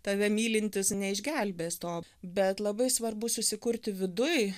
tave mylintis neišgelbės to bet labai svarbu susikurti viduj